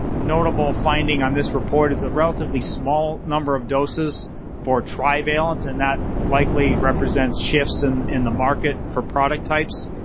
notable finding on this report is the relatively small number of doses for trivalent, and that likely represents shifts and in the market for product types.